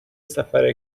سفر